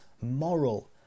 moral